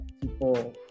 People